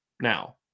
now